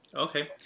Okay